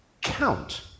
count